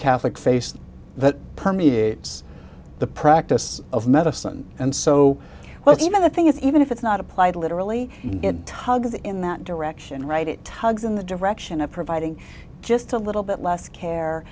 catholic face that permeates the practice of medicine and so well even the thing is even if it's not applied literally in tugs in that direction right it tugs in the direction of providing just a little bit less care